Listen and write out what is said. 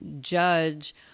judge